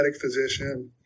physician